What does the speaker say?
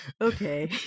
Okay